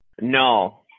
No